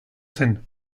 zen